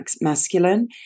masculine